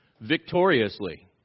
victoriously